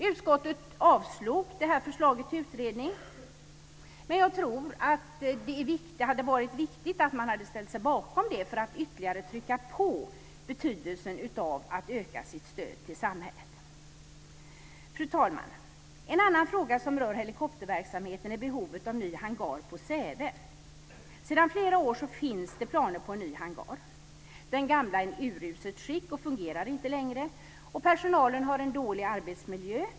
Utskottet avslog det här förslaget till utredning, men jag tror att det hade varit viktigt att man ställt sig bakom det för att ytterligare trycka på i fråga om betydelsen av att öka stödet till samhället. Fru talman! En annan fråga som rör helikopterverksamheten är behovet av ny hangar på Säve. Sedan flera år finns det planer på en ny hangar. Den gamla är i uruselt skick och fungerar inte längre. Personalen har en dålig arbetsmiljö.